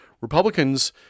Republicans